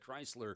Chrysler